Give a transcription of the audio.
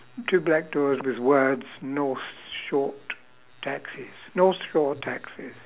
two black doors with words north short taxis north shore taxis